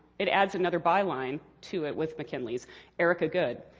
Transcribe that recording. it adds another byline to it with mckinley's erica goode.